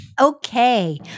Okay